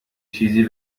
چیزی